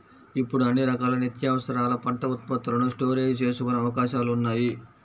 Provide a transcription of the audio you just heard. ఇప్పుడు అన్ని రకాల నిత్యావసరాల పంట ఉత్పత్తులను స్టోరేజీ చేసుకునే అవకాశాలున్నాయి